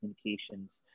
communications